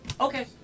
Okay